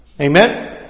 Amen